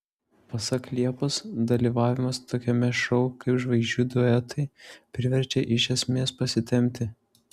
pasak liepos dalyvavimas tokiame šou kaip žvaigždžių duetai priverčia iš esmės pasitempti